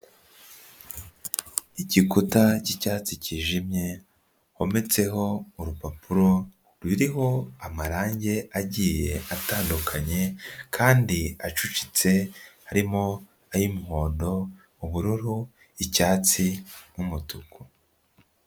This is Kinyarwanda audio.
Igikuta cy'icyatsi cyijimye hometseho urupapuro ruriho amarange agiye atandukanye kandi acucitse, harimo ay'umuhondo, ubururu, icyatsi n'umutuku.